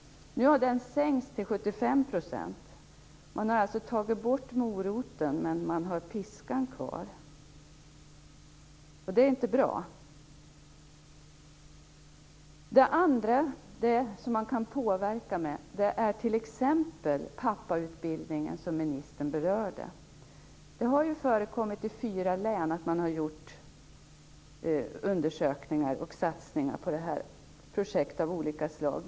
Nu har den sänkts till 75 %. Man har alltså tagit bort moroten, men man har piskan kvar. Det är inte bra. Något annat som man kan påverka med är t.ex. den pappautbildning som ministern berörde. I fyra län har man gjort undersökningar och satsningar på projekt av olika slag.